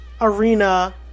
arena